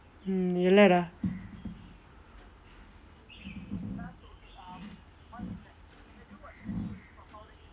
mm இல்லை:illai dah